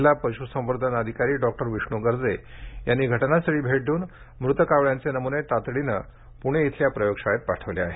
जिल्हा पश्संवर्धन अधिकारी डॉ विष्णू गर्जे यांनी घटनास्थळी भेट देऊन मृत कावळ्यांचे नमुने तातडीने पुणे इथल्या प्रयोग शाळेत पाठविले आहेत